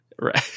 Right